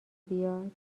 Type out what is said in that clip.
بیاد